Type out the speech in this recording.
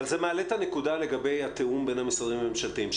אבל זה מעלה את הנקודה לגבי התאום בין המשרדים הממשלתיים,